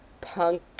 punk